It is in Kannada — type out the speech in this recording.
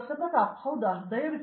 ಪ್ರತಾಪ್ ಹರಿದಾಸ್ ಹೌದು ದಯವಿಟ್ಟು